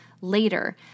later